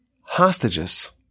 hostages